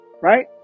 right